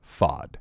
Fod